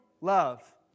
love